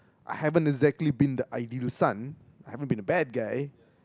I haven't exactly been the ideal son I haven't been a bad guy